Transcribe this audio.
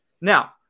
Now